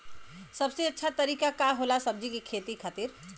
सबसे अच्छा तरीका का होला सब्जी के खेती खातिर?